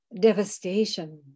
devastation